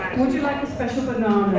would you like a special banana?